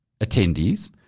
attendees